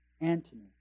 Antony